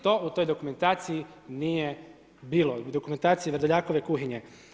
To u toj dokumentaciji nije bilo i dokumentaciji Vrdoljakove kuhinje.